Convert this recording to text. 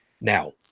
now